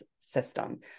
system